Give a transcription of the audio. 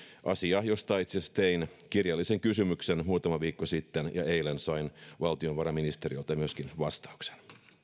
asia josta itse asiassa tein kirjallisen kysymyksen muutama viikko sitten ja eilen sain valtiovarainministeriöltä myöskin vastauksen